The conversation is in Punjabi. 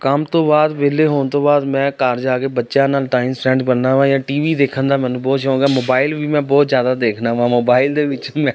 ਕੰਮ ਤੋਂ ਬਾਅਦ ਵਿਹਲੇ ਹੋਣ ਤੋਂ ਬਾਅਦ ਮੈਂ ਘਰ ਜਾ ਕੇ ਬੱਚਿਆਂ ਨਾਲ ਟਾਈਮ ਸਪੈਂਡ ਕਰਨਾ ਵਾ ਜਾਂ ਟੀ ਵੀ ਦੇਖਣ ਦਾ ਮੈਨੂੰ ਬਹੁਤ ਸ਼ੌਂਕ ਆ ਮੋਬਾਈਲ ਵੀ ਮੈਂ ਬਹੁਤ ਜ਼ਿਆਦਾ ਦੇਖਦਾ ਹਾਂ ਮੋਬਾਇਲ ਦੇ ਵਿੱਚ ਮੈਂ